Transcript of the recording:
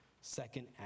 second